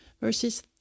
verses